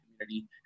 community